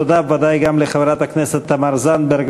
תודה בוודאי גם לחברת הכנסת תמר זנדברג